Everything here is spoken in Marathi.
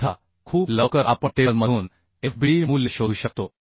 अन्यथा खूप लवकर आपण टेबलमधून fbd मूल्य शोधू शकतो